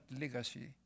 legacy